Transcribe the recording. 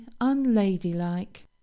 unladylike